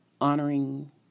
honoring